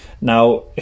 Now